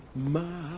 my